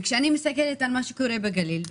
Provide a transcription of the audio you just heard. וכשאני מסתכלת על מה שקורה בגליל,